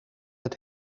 het